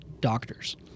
doctors